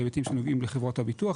בהיבטים שנוגעים לחברות הביטוח,